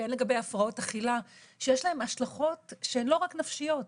הן לגבי הפרעות אכילה שיש להן השלכות שהן לא רק נפשיות,